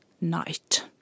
night